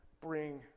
bring